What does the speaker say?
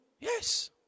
Yes